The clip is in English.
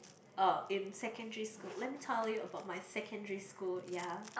uh in secondary school let me tell you about my secondary school ya